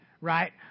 right